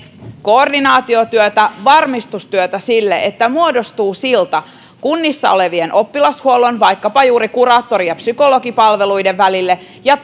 koordinaatiotyötä ja varmistustyötä sille että muodostuu silta kunnissa olevien oppilashuollon palveluiden vaikkapa juuri kuraattori ja psykologipalveluiden ja